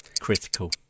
Critical